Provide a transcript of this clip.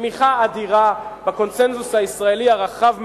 תמיכה אדירה בקונסנזוס הישראלי הרחב מאוד.